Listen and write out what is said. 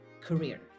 career